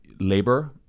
labor